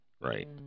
Right